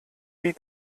die